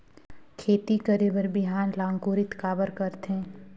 खेती करे बर बिहान ला अंकुरित काबर करथे?